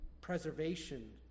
preservation